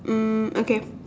um okay